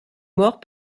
mort